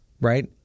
right